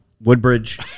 Woodbridge